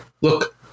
look